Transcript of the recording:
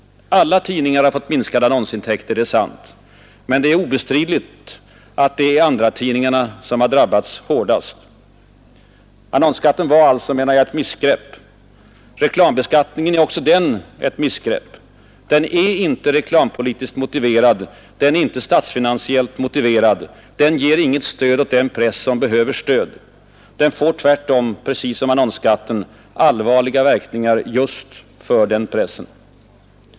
Alla tidningar har fått minskade annonsintäkter, det är sant. Men det är obestridligt att det är andratidningarna som drabbas hårdast. Annonsskatten var alltså ett missgrepp. Reklambeskattningen är också den ett missgrepp. Den är inte reklampolitiskt motiverad. Den är inte statsfinansiellt motiverad. Den ger inget stöd åt den press som behöver stöd. Den får tvärtom, precis som annonsskatten, allvarliga verkningar just för denna press.